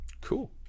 Cool